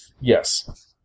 Yes